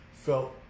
Felt